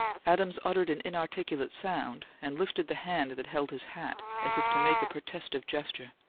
adams uttered an inarticulate sound, and lifted the hand that held his hat as if to make a protective gesture,